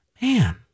man